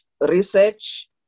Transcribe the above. research